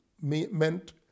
meant